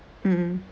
mm